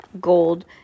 gold